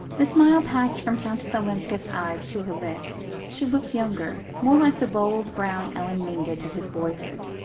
the smile passed from countess olenska's eyes to her lips she looked younger, more like the bold brown ellen mingott of his boyhood.